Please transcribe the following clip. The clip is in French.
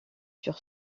sur